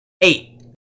Eight